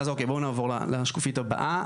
אוקיי, בואו נעבור לשקופית הבאה.